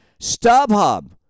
StubHub